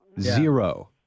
zero